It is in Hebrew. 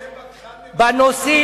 לא,